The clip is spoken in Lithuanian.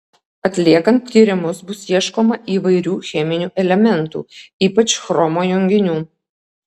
atliekant tyrimus bus ieškoma įvairių cheminių elementų ypač chromo junginių